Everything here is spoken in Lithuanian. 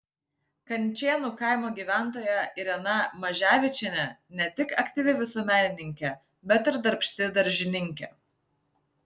kančėnų kaimo gyventoja irena maževičienė ne tik aktyvi visuomenininkė bet ir darbšti daržininkė